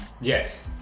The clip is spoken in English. Yes